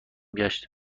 گشت